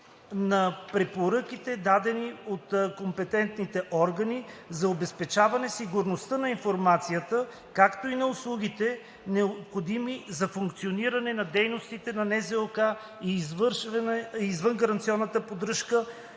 на препоръките, дадени от компетентните органи, за обезпечаване сигурността на информацията, както и на услугите, необходими за функциониране, за дейността на НЗОК, и извънгаранционна поддръжка